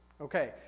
Okay